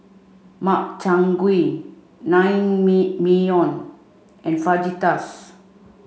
Makchang Gui Naengmyeon and Fajitas